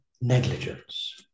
negligence